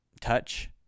touch